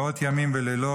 מאות ימים ולילות,